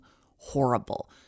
horrible